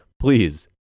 please